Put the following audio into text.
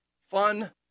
fun